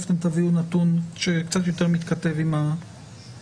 350,000, אתם תביאו נתון שמתכתב יותר עם המציאות.